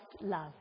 love